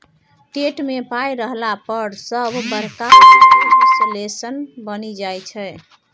TET मे पाय रहला पर सभ बड़का वित्तीय विश्लेषक बनि जाइत छै